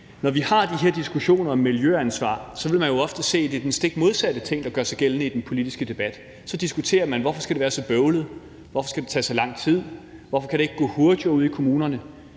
når vi har de her diskussioner om miljøansvar, vil man ofte se, at det er den stik modsatte ting, der gør sig gældende i den politiske debat. Så diskuterer man: Hvorfor skal det være så bøvlet? Hvorfor skal det tage så lang tid? Hvorfor kan det ikke gå hurtigere ude i kommunerne?